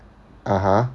(uh huh)